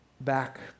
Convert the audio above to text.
back